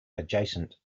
adjacent